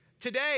Today